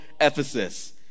Ephesus